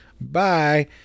bye